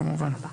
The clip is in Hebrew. תודה רבה.